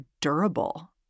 durable